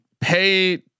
pay